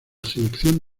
selección